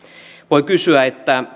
voi kysyä